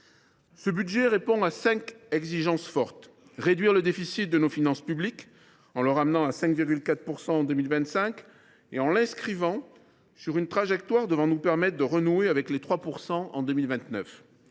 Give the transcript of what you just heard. Ce budget répond à cinq exigences fortes. Premièrement, réduire le déficit de nos finances publiques, en le ramenant à 5,4 % en 2025 et en l’inscrivant sur une trajectoire devant nous permettre de renouer avec les 3 % en 2029.